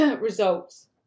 results